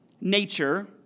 nature